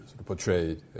portrayed